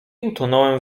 utonąłem